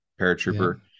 paratrooper